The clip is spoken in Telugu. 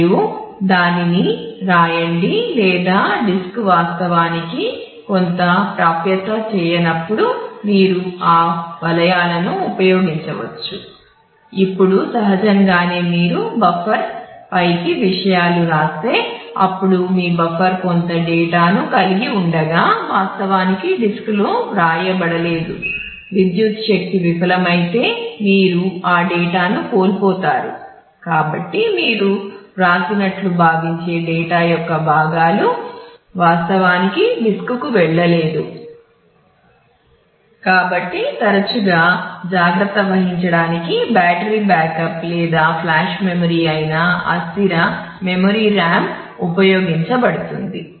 మరియు దానిని వ్రాయండి లేదా డిస్క్ ఉపయోగించబడుతుంది